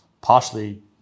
partially